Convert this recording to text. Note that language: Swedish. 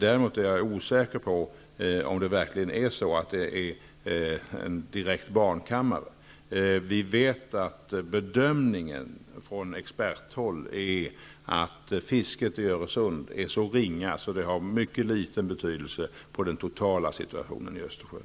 Däremot är jag osäker på om det verkligen är en direkt barnkammare. Vi vet att bedömningen från experthåll är, att fisket i Öresund är så ringa att det har en mycket liten betydelse för den totala situationen i Östersjön.